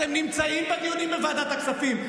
אתם נמצאים בדיונים בוועדת הכספים.